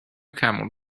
camel